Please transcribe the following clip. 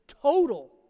total